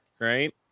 Right